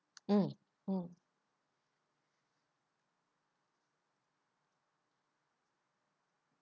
mm mm